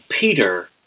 Peter